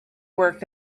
work